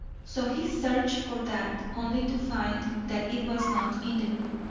so he searched for that, only to find that it was not in the book.